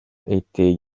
étaient